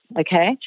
Okay